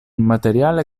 materiale